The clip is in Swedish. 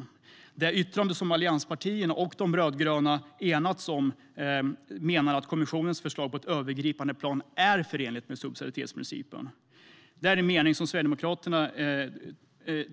I det yttrande allianspartierna och de rödgröna enats om menar man att kommissionens förslag på ett övergripande plan är förenligt med subsidiaritetsprincipen. Sverigedemokraterna